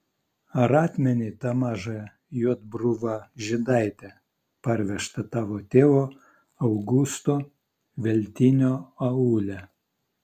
ar atmeni tą mažą juodbruvą žydaitę parvežtą tavo tėvo augusto veltinio aule